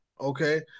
Okay